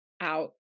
out